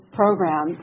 program